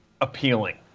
appealing